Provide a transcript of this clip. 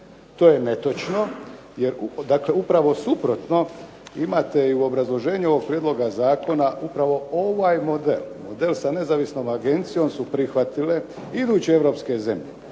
To je netočno jer, dakle upravo suprotno imate i u obrazloženju ovog prijedloga zakona, upravo ovaj model, model sa nezavisnom agencijom su prihvatile iduće europske zemlje,